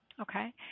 Okay